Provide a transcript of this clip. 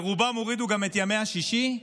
ורובם הורידו גם את ימי השישי,